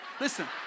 Listen